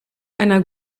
einer